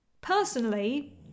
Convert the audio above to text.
personally